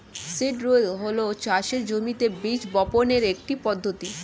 seed drill হল চাষের জমিতে বীজ বপনের একটি পদ্ধতি